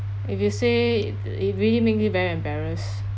if you say it it really make me very embarrassed